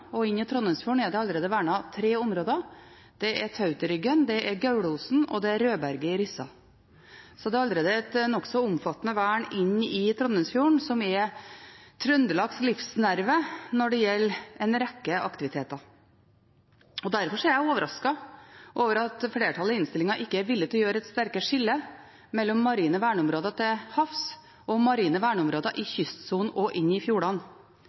I Trondheimsfjorden er det allerede vernet tre områder – det er Tauterryggen, Gaulosen og Rødberget i Rissa – så det er allerede et nokså omfattende vern inne i Trondheimsfjorden, som er Trøndelags livsnerve når det gjelder en rekke aktiviteter. Derfor er jeg overrasket over at flertallet i innstillingen ikke er villig til å gjøre et sterkere skille mellom marine verneområder til havs og marine verneområder i kystsonen og i fjordene,